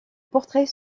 portrait